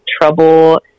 trouble